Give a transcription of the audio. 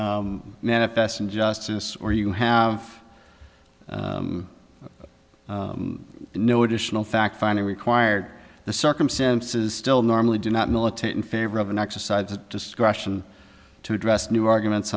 have manifest injustice or you have no additional fact finding required the circumstances still normally do not militate in favor of an exercise of discretion to address new arguments